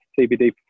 CBD